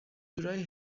جورایی